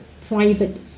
private